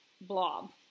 blob